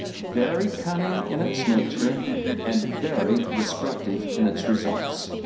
very cunning in its nature and very destructive in its results.